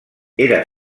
era